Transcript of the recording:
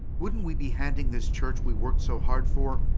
wouldn't we be handing this church we worked so hard for